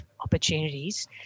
opportunities